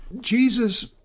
Jesus